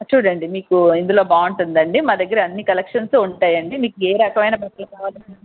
చూడండి మీకు ఇందులో బాగుంటుందండి మా దగ్గర అన్ని కలెక్షన్స్ ఉంటాయండి మీకు ఏరకమైన బట్టలు కావాలన్నా